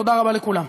תודה רבה לכולם.